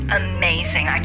amazing